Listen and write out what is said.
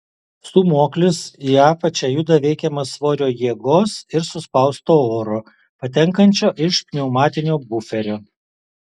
stūmoklis į apačią juda veikiamas svorio jėgos ir suspausto oro patenkančio iš pneumatinio buferio